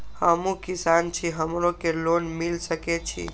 हमू किसान छी हमरो के लोन मिल सके छे?